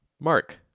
Mark